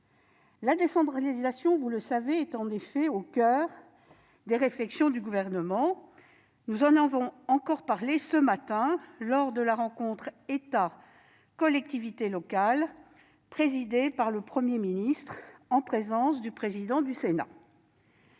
La décentralisation, vous le savez, est en effet au coeur des réflexions du Gouvernement, nous en avons encore parlé ce matin lors de la rencontre entre l'État et les collectivités locales présidée par le Premier ministre en présence du président du Sénat.